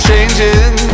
Changing